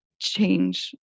change